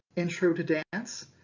intro to dance,